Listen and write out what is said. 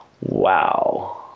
wow